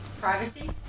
Privacy